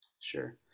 Sure